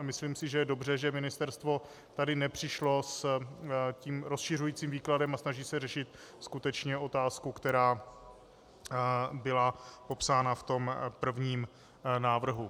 A myslím si, že je dobře, že ministerstvo tady nepřišlo s rozšiřujícím výkladem a snaží se řešit skutečně otázku, která byla popsána v tom prvním návrhu.